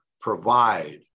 provide